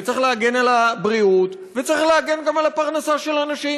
צריך להגן על הבריאות וצריך להגן גם על הפרנסה של האנשים.